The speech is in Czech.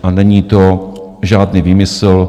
A není to žádný výmysl.